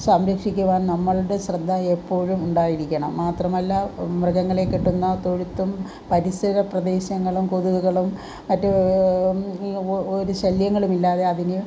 സംരക്ഷിക്കുവാൻ നമ്മളുടെ ശ്രദ്ധ എപ്പോഴും ഉണ്ടായിരിക്കണം മാത്രമല്ല മൃഗങ്ങളെ കെട്ടുന്ന തൊഴുത്തും പരിസര പ്രദേശങ്ങളും കൊതുകുകളും മറ്റ് ഒ ഒരു ശല്യങ്ങളുമില്ലാതെ അതിന്